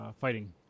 fighting